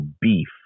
beef